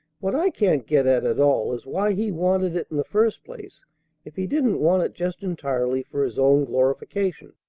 what i can't get at at all is why he wanted it in the first place if he didn't want it just entirely for his own glorification.